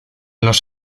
los